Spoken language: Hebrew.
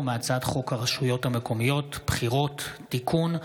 מהצעת חוק הרשויות המקומיות (בחירות) (תיקון,